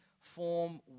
form